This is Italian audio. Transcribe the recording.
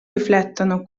riflettono